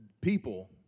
people